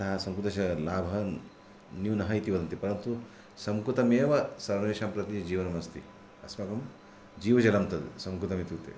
अतः संस्कृतस्य लाभः न्यूनः इति वदन्ति परन्तु संस्कृतमेव सर्वेषां प्रति जीवनमस्ति अस्माकं जीवजलं तत् संस्कृतमित्युक्ते